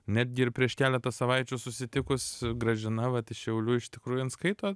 netgi ir prieš keletą savaičių susitikus gražina vat iš šiaulių iš tikrųjų jin skaito